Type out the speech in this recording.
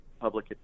public